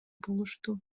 болушту